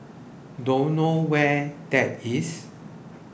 don't know where that is